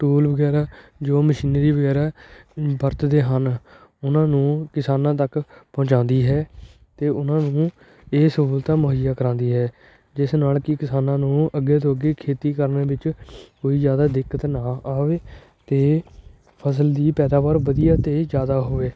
tool ਵਗੈਰਾ ਜੋ machinery ਵਗੈਰਾ ਵਰਤਦੇ ਹਨ ਉਹਨਾਂ ਨੂੰ ਕਿਸਾਨਾਂ ਤੱਕ ਪਹੁੰਚਾਉਂਦੀ ਹੈ ਅਤੇ ਉਹਨਾਂ ਨੂੰ ਇਹ ਸਹੂਲਤਾਂ ਮੁਹੱਈਆ ਕਰਵਾਉਂਦੀ ਹੈ ਜਿਸ ਨਾਲ ਕਿ ਕਿਸਾਨਾਂ ਨੂੰ ਅੱਗੇ ਤੋਂ ਅੱਗੇ ਖੇਤੀ ਕਰਨ ਵਿੱਚ ਕੋਈ ਜ਼ਿਆਦਾ ਦਿੱਕਤ ਨਾ ਆਵੇ ਅਤੇ ਫਸਲ ਦੀ ਪੈਦਾਵਾਰ ਵਧੀਆ ਅਤੇ ਜ਼ਿਆਦਾ ਹੋਵੇ